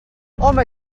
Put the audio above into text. home